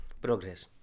progress